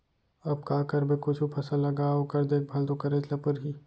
अब का करबे कुछु फसल लगा ओकर देखभाल तो करेच ल परही